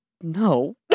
No